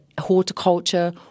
horticulture